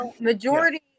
majority